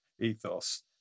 ethos